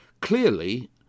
Clearly